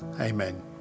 Amen